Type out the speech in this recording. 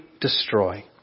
destroy